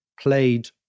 played